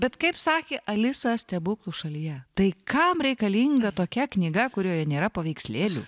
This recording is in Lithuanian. bet kaip sakė alisa stebuklų šalyje tai kam reikalinga tokia knyga kurioje nėra paveikslėlių